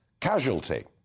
Casualty